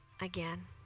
again